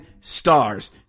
stars